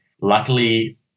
Luckily